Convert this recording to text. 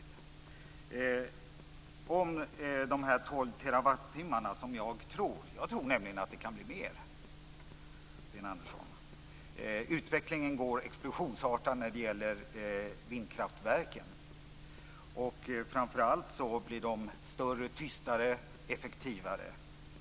Vad gäller de 12 terawattimmarna tror jag att dessa kan bli fler, Sten Andersson. Utvecklingen när det gäller vindkraftverken är explosionsartad. Framför allt blir de större, tystare och effektivare.